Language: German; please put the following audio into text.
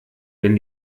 wenn